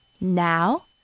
Now